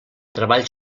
treball